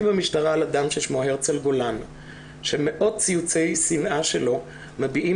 כשהתלוננתי במשטרה על אדם ששמו הרצל גולן שמאות ציוצי שנאה שלו מביעים